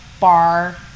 bar